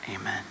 Amen